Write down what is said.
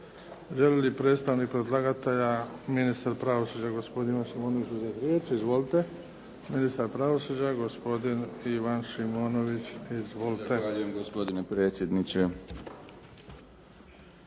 Želi li predstavnik predlagatelja ministar pravosuđa gospodin Šimonović uzeti